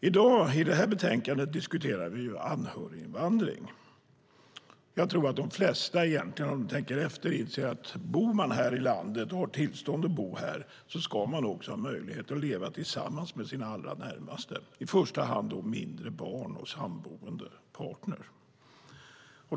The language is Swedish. I dagens betänkande diskuterar vi anhöriginvandring. Jag tror att de flesta, om de tänker efter, inser att om man har tillstånd att bo här i landet ska man också ha möjlighet att leva tillsammans med sina allra närmaste, i första hand mindre barn och samboende partner.